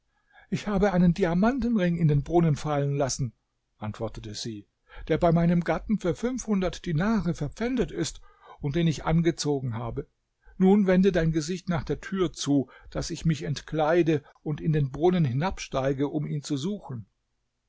ich habe einen diamantenring in den brunnen fallen lassen antwortete sie der bei meinem gatten für fünfhundert dinare verpfändet ist und den ich angezogen habe nun wende dein gesicht nach der tür zu daß ich mich entkleide und in den brunnen hinabsteige um ihn zu suchen